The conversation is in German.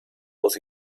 aus